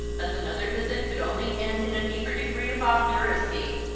as another visit could only end in a deeper d ree of ob duracy,